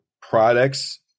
products